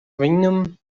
venom